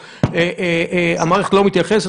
כשעיקר הטיעון שלנו זאת הזיקה שאנחנו מזהים,